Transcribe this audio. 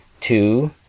two